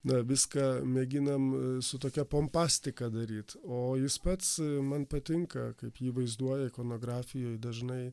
na viską mėginam su tokia pompastika daryt o jis pats man patinka kaip jį vaizduoja ikonografijoj dažnai